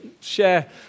share